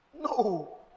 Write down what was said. no